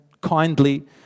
kindly